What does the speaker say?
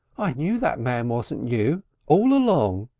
i knew that man wasn't you all along.